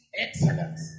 excellence